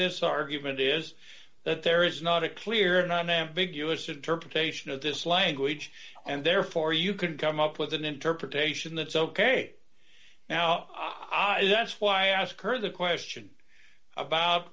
this argument is that there is not a clear and unambiguous interpretation of this language and therefore you can come up with an interpretation that's ok now i that's why i asked her the question about